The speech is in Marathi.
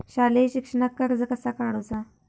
शालेय शिक्षणाक कर्ज कसा काढूचा?